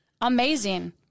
amazing